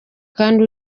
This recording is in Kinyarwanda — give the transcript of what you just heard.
kandi